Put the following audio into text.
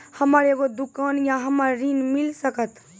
हमर एगो दुकान या हमरा ऋण मिल सकत?